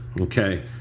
Okay